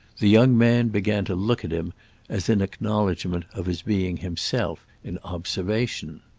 the young man began to look at him as in acknowledgement of his being himself in observation.